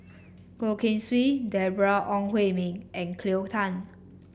Goh Keng Swee Deborah Ong Hui Min and Cleo Thang